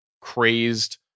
crazed